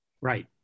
right